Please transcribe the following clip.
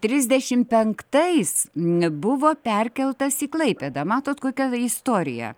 trisdešimt penktais buvo perkeltas į klaipėdą matot kokia istorija